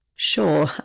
Sure